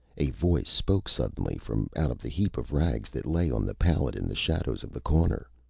a voice spoke suddenly from out of the heap of rags that lay on the pallet in the shadows of the corner.